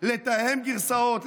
לתאם גרסאות,